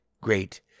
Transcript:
great